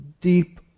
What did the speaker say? deep